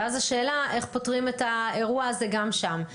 ואז השאלה איך פותרים את האירוע הזה גם שם.